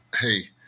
hey